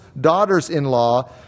daughters-in-law